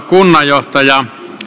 kunnanjohtaja